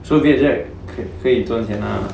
so she 这样可以赚钱 lah